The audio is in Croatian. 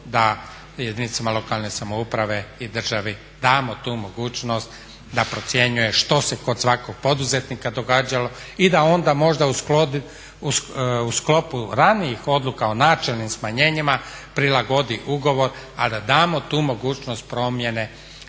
da jedinicama lokalne samouprave i državi damo tu mogućnost da procjenjuje što se kod svakog poduzetnika događalo i da onda možda u sklopu ranijih odluka o načelnim smanjenjima prilagodi ugovor a da damo tu mogućnost promjene